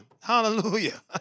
Hallelujah